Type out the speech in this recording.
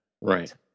Right